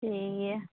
ᱴᱷᱤᱠ ᱜᱮᱭᱟ